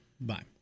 bye